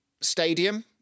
stadium